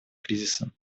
кризисом